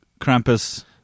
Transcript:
Krampus